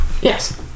Yes